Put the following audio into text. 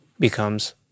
becomes